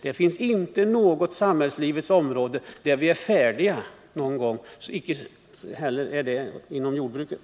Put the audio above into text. Det finns inte något område inom samhällslivet där vi någonsin blir färdiga, och det gäller också jordbruket.